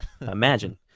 Imagine